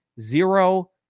zero